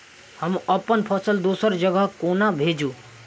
हम अप्पन फसल दोसर जगह कोना भेजू?